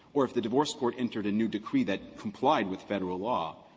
or if the divorce court entered a new decree that complied with federal law,